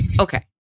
Okay